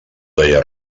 deia